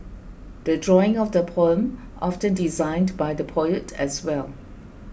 the drawing of the poem often designed by the poet as well